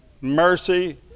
mercy